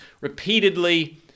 repeatedly